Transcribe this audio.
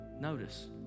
notice